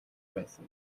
байсан